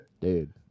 dude